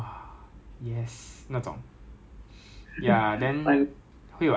nonsense [one] lah but then like 就是就是一天 lah one day out of the out of the week